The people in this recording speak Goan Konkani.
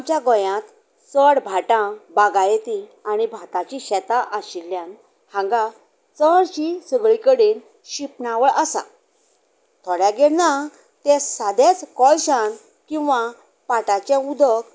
आमच्या गोंयांत चड भाटां बागायती आनी भातांचीं शेतां आशिल्ल्यान हांगा चडशी सगळी कडेन शिपणांवळ आसा थोड्यांगेर ना ते सादेंच कळशांत किंवा पाटाचें उदक